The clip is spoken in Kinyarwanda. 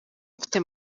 mfite